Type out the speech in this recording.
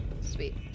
Sweet